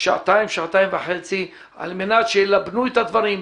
שעתיים-שעתיים וחצי על מנת שילבנו את הדברים,